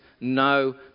no